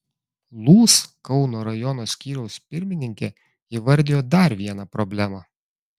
lūs kauno rajono skyriaus pirmininkė įvardijo dar vieną problemą